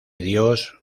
dios